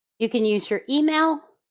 you can use your email,